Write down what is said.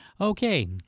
Okay